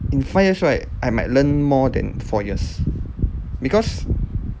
in five years right I might learn more than four years because